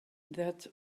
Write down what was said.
that